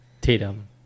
Tatum